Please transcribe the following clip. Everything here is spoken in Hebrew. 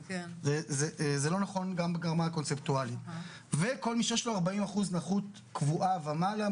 וכל מי שיש לו 40% נכות קבועה ומעלה,